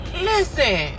Listen